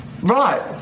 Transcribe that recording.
Right